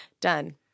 Done